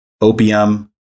opium